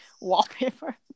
wallpaper